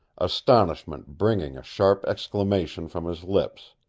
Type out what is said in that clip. astonishment bringing a sharp exclamation from his lips.